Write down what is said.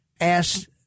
asked